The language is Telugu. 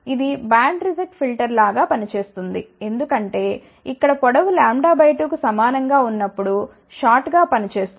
ఇది బ్యాండ్ రిజెక్ట్ ఫిల్టర్ లాగా పని చేస్తుంది ఎందుకంటే ఇక్కడ పొడవు λ బై 2 కు సమానం గా ఉన్నప్పుడు షార్ట్ గా పని చేస్తుంది